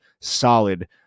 solid